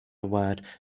word